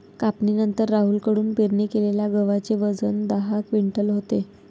कापणीनंतर राहुल कडून पेरणी केलेल्या गव्हाचे वजन दहा क्विंटल होते